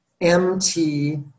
mt